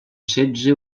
setze